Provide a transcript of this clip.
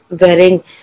wearing